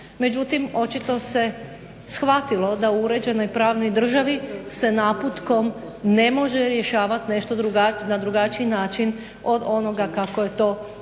Međutim očito se shvatilo da u uređenoj pravnoj državi se naputkom ne može rješavati nešto na drugačiji način od onoga kako je to određeno